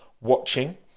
watching